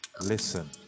listen